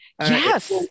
Yes